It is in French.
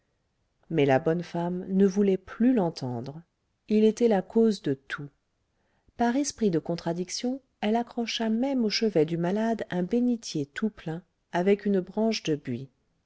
mais la bonne femme ne voulait plus l'entendre il était la cause de tout par esprit de contradiction elle accrocha même au chevet du malade un bénitier tout plein avec une branche de buis